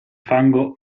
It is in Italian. fango